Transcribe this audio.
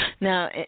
Now